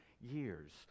years